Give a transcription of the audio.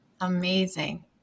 Amazing